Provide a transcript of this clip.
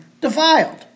defiled